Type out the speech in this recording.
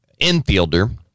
infielder